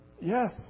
yes